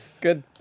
Good